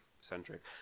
centric